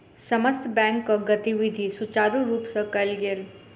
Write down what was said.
समस्त बैंकक गतिविधि सुचारु रूप सँ कयल गेल